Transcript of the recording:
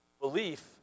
belief